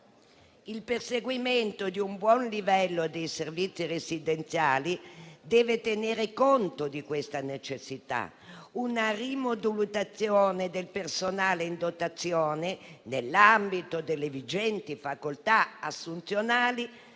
Il perseguimento di un buon livello dei servizi residenziali deve tenere conto di questa necessità. Una rimodulazione del personale in dotazione, nell'ambito delle vigenti facoltà assunzionali,